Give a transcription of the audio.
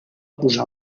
posar